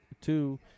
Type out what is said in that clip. two